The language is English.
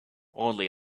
only